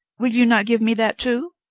will you not give me that too?